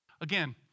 Again